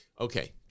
okay